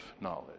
knowledge